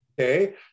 Okay